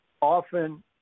Often